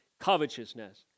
covetousness